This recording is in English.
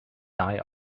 die